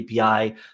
API